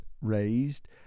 raised